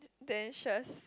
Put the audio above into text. damn stress